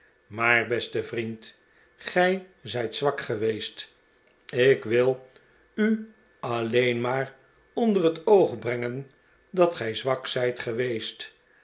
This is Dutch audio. maar beste vriend gij zijt zwak geweest ik wil u alleen maar onder het oog brengen dat gij zwak zijt geweest